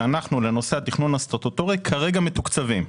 שאנחנו לנושא התכנון הסטטוטורי כרגע מתוקצבים.